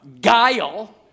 guile